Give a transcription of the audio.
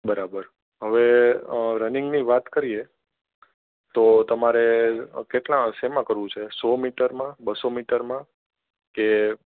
બરાબર હવે રનિંગની વાત કરીએ તો તમારે કેટલા શેમાં કરવું છે સૌ મીટરમાં બ સૌ મીટર માં કે